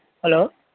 hello